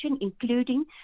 including